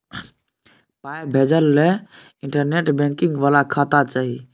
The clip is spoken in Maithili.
पाय भेजय लए इंटरनेट बैंकिंग बला खाता चाही